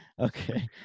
Okay